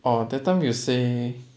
orh that time you say